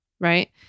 right